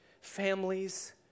Families